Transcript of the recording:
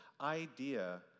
idea